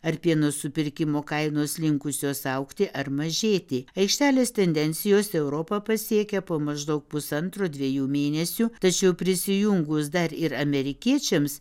ar pieno supirkimo kainos linkusios augti ar mažėti aikštelės tendencijos europą pasiekia po maždaug pusantro dviejų mėnesių tačiau prisijungus dar ir amerikiečiams